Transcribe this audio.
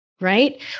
Right